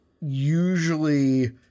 usually